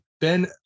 Ben